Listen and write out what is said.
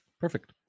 perfect